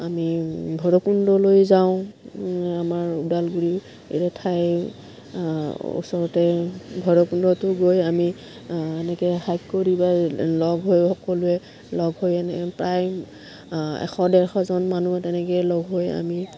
আমি ভৈৰৱকুণ্ডলৈ যাওঁ আমাৰ ওদালগুৰি এৰে ঠাই ওচৰতে ভৈৰৱকুণ্ডটো গৈ আমি এনেকৈ হাইক কৰিব লগ হৈ সকলোৱে লগ হৈ এনে প্ৰায় এশ ডেৰশজন মানুহ তেনেকৈ লগ হৈ আমি